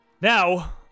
now